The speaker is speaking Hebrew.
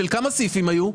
כמה סעיפים נידונו?